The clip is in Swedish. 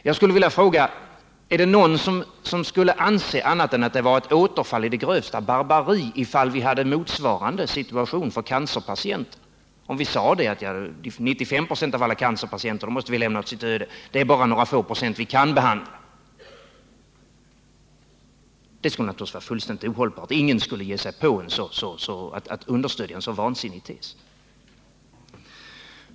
Jag skulle vilja fråga: Är det någon som skulle anse annat än att det var ett återfall i det grövsta barbari, ifall vi hade motsvarande situation för cancerpatienter? Att säga att 95 2, av alla cancerpatienter måste lämnas åt sitt öde, att bara några få procent kan behandlas, skulle naturligtvis vara fullständigt ohållbart. Ingen skulle ge sig på att understödja en så vansinnig tes.